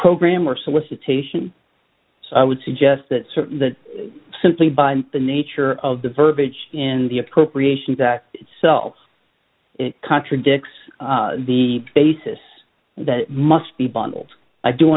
program or solicitation so i would suggest that that simply by the nature of the verbiage in the appropriations act itself it contradicts the basis that must be bundled i do